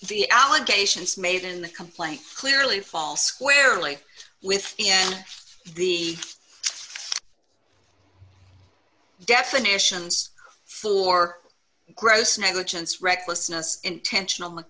the allegations made in the complaint clearly fall squarely with the definitions or gross negligence recklessness intentional